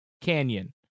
Canyon